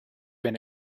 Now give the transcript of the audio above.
been